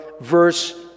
verse